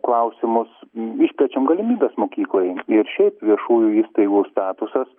klausimus išplečiam galimybes mokyklai ir šiaip viešųjų įstaigų statusas